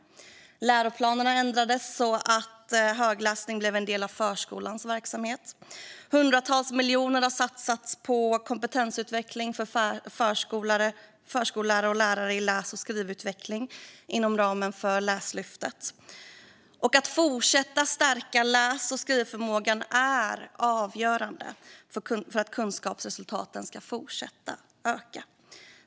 Läroplanerna ändrades så att högläsning blev en del av förskolans verksamhet. Hundratals miljoner har satsats på kompetensutveckling för förskollärare och lärare i läs och skrivutveckling inom ramen för Läslyftet. Att fortsätta stärka läs och skrivförmågan är avgörande för att kunskapsresultaten ska fortsätta att öka.